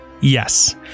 Yes